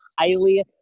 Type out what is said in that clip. highly